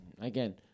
again